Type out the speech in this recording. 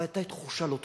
אבל היתה תחושה לא טובה,